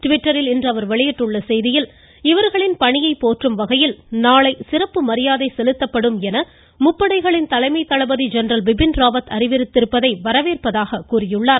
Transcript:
ட்விட்டரில் இன்று அவர் வெளியிட்டுள்ள செய்தியில் இவர்களின் பணியை போற்றும் வகையில் நாளை சிறப்பு மரியாதை செலுத்தப்படும் என முப்படைகளின் தலைமை தளபதி ஜெனரல் பிபின் ராவத் அறிவித்திருப்பதை வரவேற்பதாக கூறியுள்ளார்